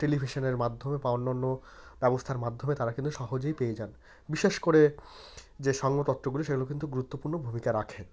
টেলিভিশানের মাধ্যমে বা অন্যান্য ব্যবস্থার মাধ্যমে তারা কিন্তু সহজেই পেয়ে যান বিশেষ করে যে সংবাদপত্রগুলি সেগুলো কিন্তু গুরত্বপূর্ণ ভূমিকা রাখে